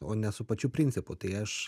o ne su pačiu principu tai aš